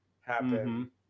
happen